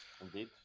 Indeed